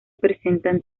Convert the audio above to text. presentan